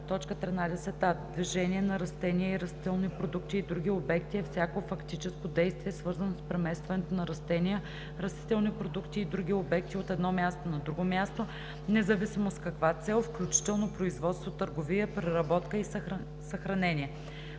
13а: „13а. „Движение на растения и растителни продукти и други обекти“ е всяко фактическо действие, свързано с преместването на растения, растителни продукти и други обекти от едно място на друго място, независимо с каква цел, включително производство, търговия, преработка, съхранение.“;